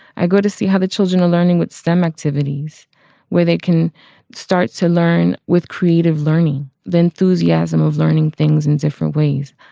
i go to see how the children are learning with stem activities where they can start to learn with creative learning. then theroux's yasim of learning things in different ways.